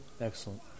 Excellent